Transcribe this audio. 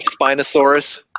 Spinosaurus